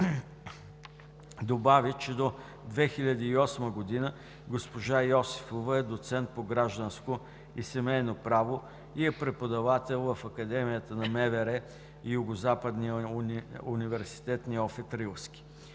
добави, че от 2008 г. госпожа Йосифова е доцент по гражданско и семейното право и е преподавател в Академията на МВР и Югозападния университет „Неофит Рилски“,